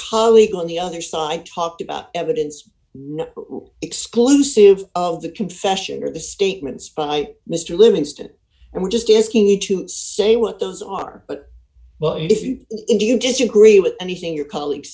colleague on the other side talked about evidence not exclusive of the confession or the statements by mr livingston and we're just getting you to say what those are but well if you do you disagree with anything your colleague